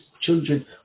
children